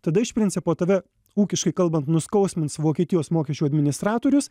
tada iš principo tave ūkiškai kalbant nuskausmins vokietijos mokesčių administratorius